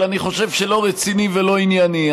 אבל אני חושב שלא רציני ולא ענייני.